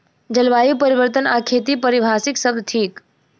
जलवायु परिवर्तन आ खेती पारिभाषिक शब्द थिक